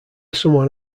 someone